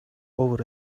over